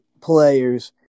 players